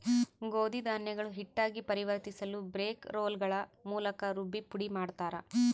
ಗೋಧಿ ಧಾನ್ಯಗಳು ಹಿಟ್ಟಾಗಿ ಪರಿವರ್ತಿಸಲುಬ್ರೇಕ್ ರೋಲ್ಗಳ ಮೂಲಕ ರುಬ್ಬಿ ಪುಡಿಮಾಡುತ್ತಾರೆ